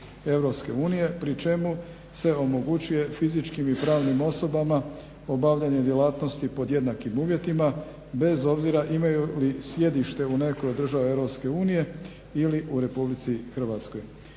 tržišta EU pri čemu se omogućuje fizičkim i pravnim osobama obavljanje djelatnosti pod jednakim uvjetima bez obzira imaju li sjedište u nekoj od država EU ili u RH.